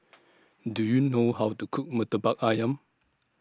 Do YOU know How to Cook Murtabak Ayam